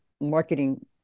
marketing